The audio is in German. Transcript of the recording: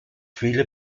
viele